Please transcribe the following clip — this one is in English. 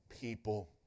people